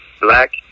black